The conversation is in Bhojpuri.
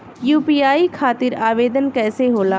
यू.पी.आई खातिर आवेदन कैसे होला?